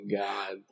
God